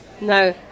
No